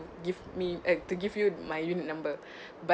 give me eh to give you my unit number but